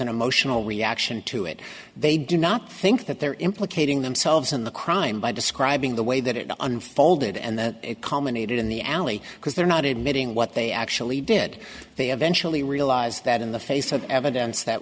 an emotional reaction to it they do not think that they're implicating themselves in the crime by describing the way that it unfolded and the commentated in the alley because they're not admitting what they actually did they eventually realize that in the face of evidence that